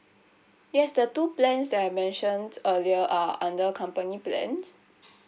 yes the two plans that I mentioned earlier are under company plans